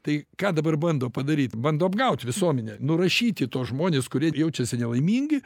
tai ką dabar bando padaryt bando apgaut visuomenę nurašyti tuos žmones kurie jaučiasi nelaimingi